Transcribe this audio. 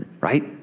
right